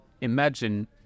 imagine